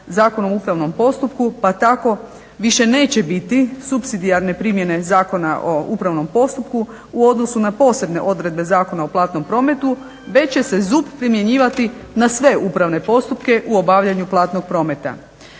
pa tako više neće biti supsidijarne primjene Zakona o upravnom postupku u odnosu na posebne odredbe Zakona o platnom prometu već će se ZUP primjenjivati na sve upravne postupke u obavljanju platnog prometa.